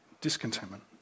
discontentment